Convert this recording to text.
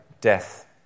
death